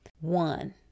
One